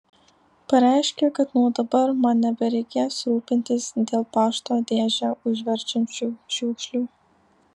pareiškė kad nuo dabar man nebereikės rūpintis dėl pašto dėžę užverčiančių šiukšlių